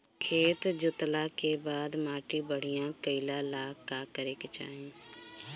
खेत जोतला के बाद माटी बढ़िया कइला ला का करे के चाही?